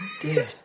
Dude